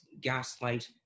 gaslight